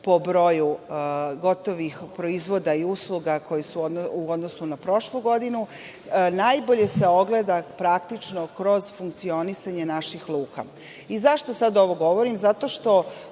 po broju gotovih proizvoda i usluga koji su u odnosu na prošlu godinu, najbolje se ogleda praktično kroz funkcionisanje naših luka.Zašto sada ovo govorim? Zato što